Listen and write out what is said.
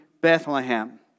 Bethlehem